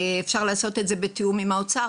אפשר לעשות את זה בתיאום עם האוצר,